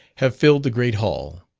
have filled the great hall.